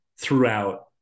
throughout